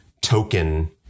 token